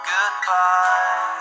Goodbye